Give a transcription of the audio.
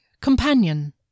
companion